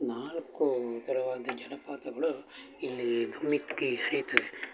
ನಾಲ್ಕು ಥರವಾದ ಜಲಪಾತಗಳು ಇಲ್ಲೀ ಧುಮ್ಮಿಕ್ಕಿ ಹರೀತದೆ